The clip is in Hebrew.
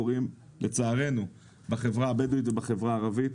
קורים לצערנו בחברה הבדואית ובחברה הערבית,